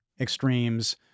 extremes